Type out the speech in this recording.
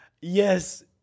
yes